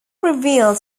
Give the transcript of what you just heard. reveals